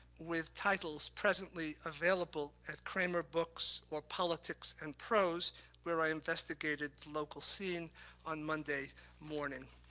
with titles presently available at kramer books or politics and prose where i investigated the local scene on monday morning,